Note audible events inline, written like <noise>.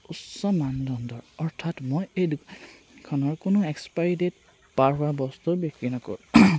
উচ্চ মানদণ্ডৰ অৰ্থাৎ মই এই <unintelligible> কোনো এক্সপায়াৰী ডে'ট পাৰ হোৱা বস্তু বিক্ৰী নকৰোঁ